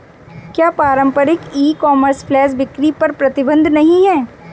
क्या पारंपरिक e commerce flash बिक्री पर प्रतिबंध नहीं है?